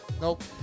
Nope